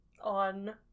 On